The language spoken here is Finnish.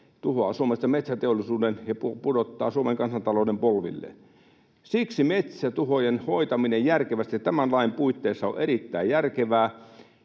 tuhoaa Suomesta metsäteollisuuden ja pudottaa Suomen kansantalouden polvilleen. Siksi metsätuhojen hoitaminen järkevästi ja tämän lain puitteissa on erittäin järkevää,